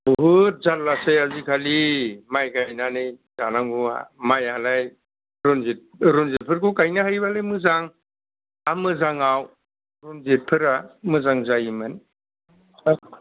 बुहुद जारलासै आजि खालि माइ गायनानै जानांगौआ माइयालाय रनजित रनजितफोरखौ गायनो हायोबालाय मोजां हा मोजाङाव रनजितफोरा मोजां जायोमोन